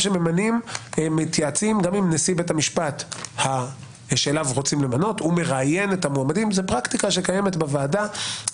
איך אתה מעז להתייחס לבג"ץ שמשפיע על זכויות נשים,